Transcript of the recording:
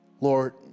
Lord